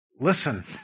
Listen